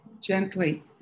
gently